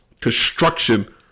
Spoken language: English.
construction